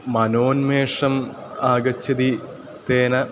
मनोन्मेषम् आगच्छति तेन